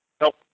Nope